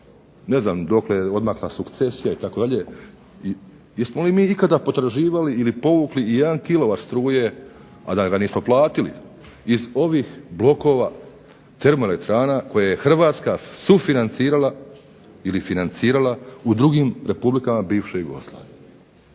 ne znam dokle je odmakla sukcesija itd., jesmo li mi ikada potraživali ili povukli ijedan kilovat struje, a da ga nismo platili iz ovih blokova termoelektrana koje je Hrvatska sufinancirala ili financirala u drugim republikama bivše Jugoslavije.